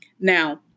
Now